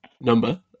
number